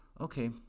okay